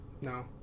No